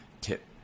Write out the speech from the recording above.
tip